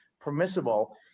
permissible